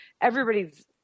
everybody's